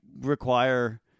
require